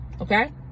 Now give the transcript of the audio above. okay